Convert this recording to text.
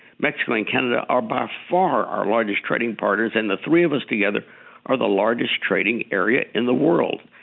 mexico and canada are by far our largest trading partners and the three of us together are the largest trading area in the world.